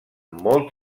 molt